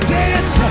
dance